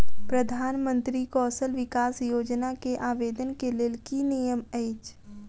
प्रधानमंत्री कौशल विकास योजना केँ आवेदन केँ लेल की नियम अछि?